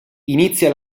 inizia